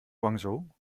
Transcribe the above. guangzhou